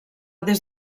des